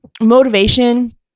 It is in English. Motivation